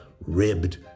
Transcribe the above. ribbed